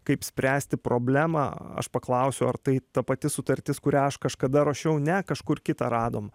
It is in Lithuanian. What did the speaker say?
kaip spręsti problemą aš paklausiu ar tai ta pati sutartis kurią aš kažkada ruošiau ne kažkur kitą radom